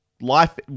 Life